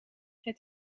het